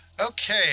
Okay